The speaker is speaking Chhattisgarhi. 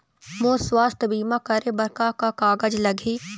मोर स्वस्थ बीमा करे बर का का कागज लगही?